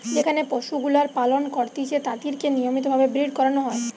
যেখানে পশুগুলার পালন করতিছে তাদিরকে নিয়মিত ভাবে ব্রীড করানো হয়